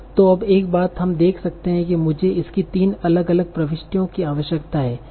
तो अब एक बात हम देख सकते हैं मुझे इसकी तीन अलग अलग प्रविष्टियों की आवश्यकता है